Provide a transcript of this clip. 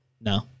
No